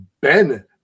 Ben